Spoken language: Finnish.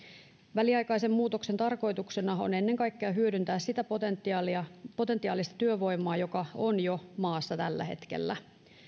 väliaikaisen muutoksen tarkoituksena on ennen kaikkea hyödyntää sitä potentiaalista potentiaalista työvoimaa joka on jo maassa tällä hetkellä